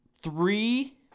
three